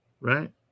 Right